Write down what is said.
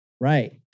Right